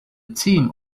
team